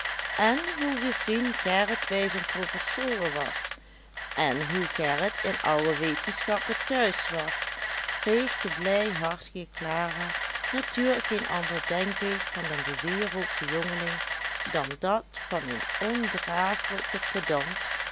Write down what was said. en hoe gezien gerrit bij zijn professoren was en hoe gerrit in alle wetenschappen thuis was kreeg de blijhartige clara natuurlijk geen ander denkbeeld van den bewierookten jongeling dan dat van een ondragelijken pedant